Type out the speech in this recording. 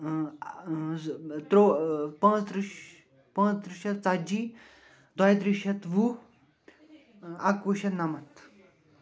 پانٛژترٕٛہ پانٛژترٕٛہ شتھ ژَتجی دویترٕٛہ شتھ وُہ اَکوُہ شتھ نَمَتھ